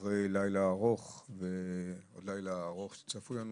ועוד לילה ארוך שצפוי לנו,